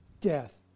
death